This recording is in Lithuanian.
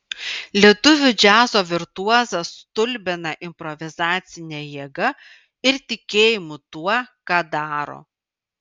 lietuvių džiazo virtuozas stulbina improvizacine jėga ir tikėjimu tuo ką daro